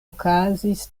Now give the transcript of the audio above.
okazis